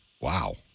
Wow